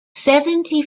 seventy